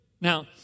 Now